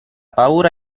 paura